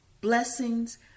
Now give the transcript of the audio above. blessings